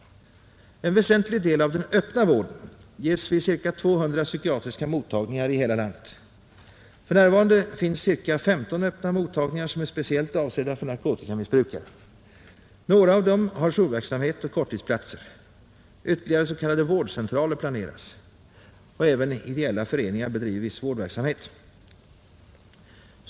En väsentlig del av den öppna vården ges vid ca 200 psykiatriska mottagningar i hela landet. För närvarande finns ca 15 öppna mottagningar som är speciellt avsedda för narkotikamissbrukare. Några av dessa har jourverksamhet och korttidsplatser. Ytterligare s.k. vårdcentraler planeras. Även ideella föreningar bedriver viss vårdverksamhet.